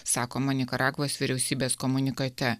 sakoma nikaragvos vyriausybės komunikate